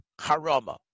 Harama